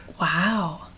wow